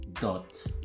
dot